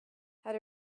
had